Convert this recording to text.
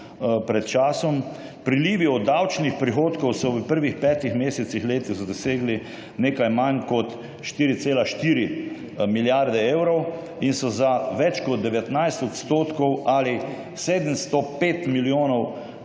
pred časom. Prilivi od davčnih prihodkov so v prvih petih mesecih letos dosegli nekaj manj kot 4,4 milijarde evrov in so za več kot 19 % ali 705 milijonov